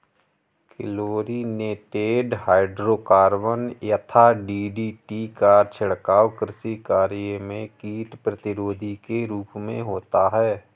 chlorinated hydrocarbon यथा DDT का छिड़काव कृषि कार्य में कीट प्रतिरोधी के रूप में होता है